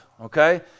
Okay